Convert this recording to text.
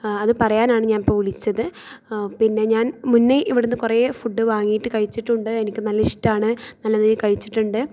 അത് പറയാനാണ് ഞാനിപ്പം വിളിച്ചത് പിന്നെ ഞാൻ മുന്നെ ഞാൻ ഇവിടുന്ന് കുറെ ഫുഡ്ഡ് വങ്ങിയിട്ടുണ്ട് കഴിച്ചിട്ടുണ്ട് എനിക്ക് നല്ല ഇഷ്ടമാണ് നല്ല നീ കഴിച്ചിട്ടുണ്ട്